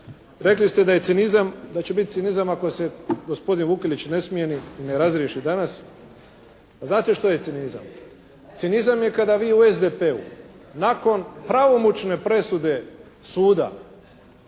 cinizam, da će biti cinizam ako se gospodin Vukelić ne smijeni i ne razriješi danas. Znate što je cinizam? Cinizam je kada vi u SDP-u nakon pravomoćne presude suda,